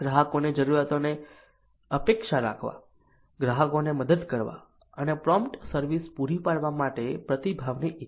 ગ્રાહકની જરૂરિયાતોની અપેક્ષા રાખવા ગ્રાહકોને મદદ કરવા અને પ્રોમ્પ્ટ સર્વિસ પૂરી પાડવા માટે પ્રતિભાવની ઇચ્છા